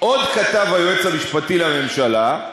עוד כתב היועץ המשפטי לממשלה,